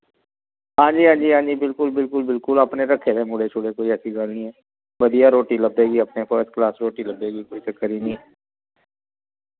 हांजी हांजी हांजी बिल्कुल बिल्कुल बिल्कुल अपने रक्खे दे मुड़े शुड़े कोई ऐसी गल्ल निं ऐ बधिया रोटी लब्भे गी अपने फर्स्ट क्लास रोटी लब्भे गी कोई चक्कर ही निं